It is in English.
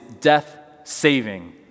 death-saving